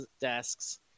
desks